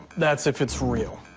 that's if it's real.